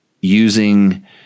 using